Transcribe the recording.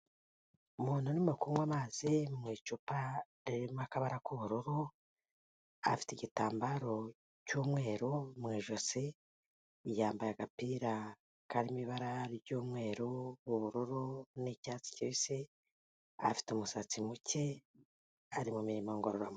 Umuntu arimo kunywa amazi mu icupa ririmo akabara k'ubururu, afite igitambaro cy'umweru mu ijosi, yambaye agapira karimo ibara ry'umweru, ubururu n'icyatsi kibisi, afite umusatsi muke, ari mu mirimo ngororamubiri.